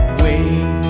wait